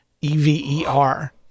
e-v-e-r